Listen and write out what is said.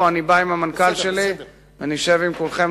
אני בא עם המנכ"ל שלי ונשב עם כולכם,